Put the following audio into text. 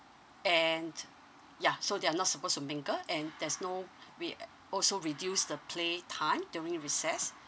and ya so they're not supposed to mingle and there's no we a~ also reduce the playtime during recess